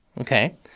Okay